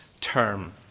term